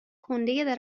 کندهی